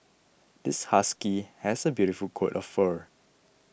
this husky has a beautiful coat of fur